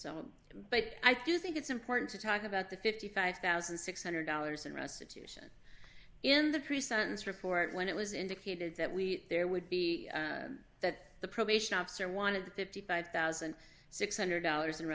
much but i do think it's important to talk about the fifty five thousand six hundred dollars in restitution in the pre sentence report when it was indicated that we there would be that the probation officer wanted the fifty five thousand six hundred dollars